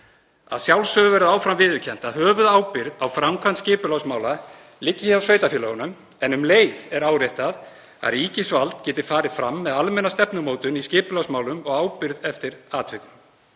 Að sjálfsögðu verður áfram viðurkennt að höfuðábyrgð á framkvæmd skipulagsmála liggi hjá sveitarfélögunum, en um leið er áréttað að ríkisvald geti farið fram með almenna stefnumótun í skipulagsmálum og ábyrgð eftir atvikum